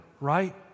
right